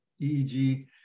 EEG